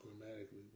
grammatically